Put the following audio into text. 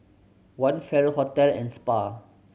One Farrer Hotel and Spa